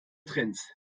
trends